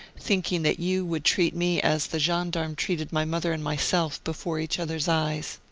thinking that you would treat me as the gendarme treated my mother and myself, before each other's eyes.